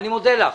אני מודה לך.